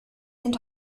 sind